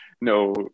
no